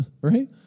right